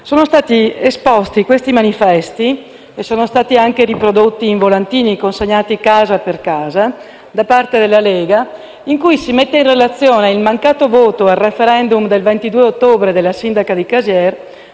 Sono stati esposti dei manifesti, che sono stati anche riprodotti in volantini consegnati casa per casa, da parte della Lega, in cui si mette in relazione il mancato voto al *referendum* del 22 ottobre della sindaca di Casier